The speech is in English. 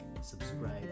subscribe